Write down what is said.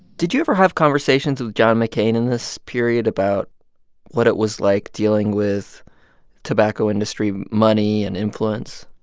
did you ever have conversations with john mccain in this period about what it was like dealing with tobacco industry money and influence?